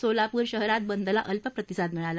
सोलापूर शहरात बंदला अल्प प्रतिसाद मिळाला